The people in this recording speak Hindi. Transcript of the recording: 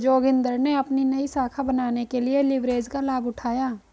जोगिंदर ने अपनी नई शाखा बनाने के लिए लिवरेज का लाभ उठाया